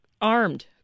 armed